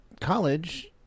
College